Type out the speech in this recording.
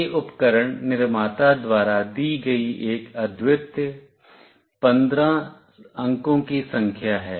यह उपकरण निर्माता द्वारा दी गई एक अद्वितीय 15 अंकों की संख्या है